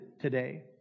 today